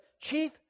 chief